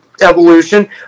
evolution